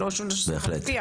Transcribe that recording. בהחלט.